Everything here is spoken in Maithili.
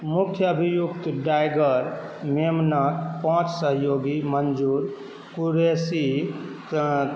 मुख्य अभियुक्त डाइगर मेमना पाँच सए योगी मञ्जूर कुरेशीकऽ